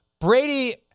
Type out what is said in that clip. Brady